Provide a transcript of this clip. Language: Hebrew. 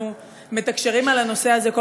אנחנו מתקשרים על הנושא הזה מ-14 בינואר,